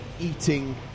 eating